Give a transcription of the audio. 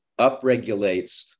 upregulates